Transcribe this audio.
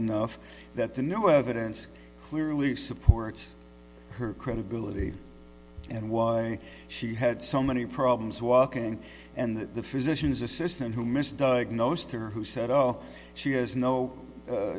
enough that the new evidence clearly supports her credibility and why she had so many problems walking and the physicians assistant who missed diagnosed her who said she has no